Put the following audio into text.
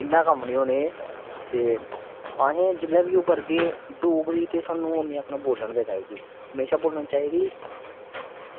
उंदे कम्म निं औने ते एह् असें जेल्लै बी ओह् करगे डोगरी ते सानू अंऊ आक्खना बोलनी औना गै चाहिदी हमेशा बोलना चाहिदी